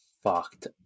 fucked